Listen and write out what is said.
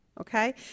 okay